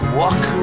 walk